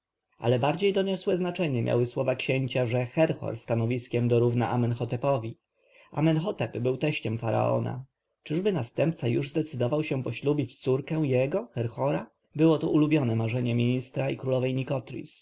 ale bardziej doniosłe znaczenie miały słowa księcia że herhor stanowiskiem dorówna amenhotepowi amenhotep był teściem faraona czyby następca już zdecydował się poślubić córkę jego herhora było to ulubione marzenie ministra i królowej